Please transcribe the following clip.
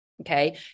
Okay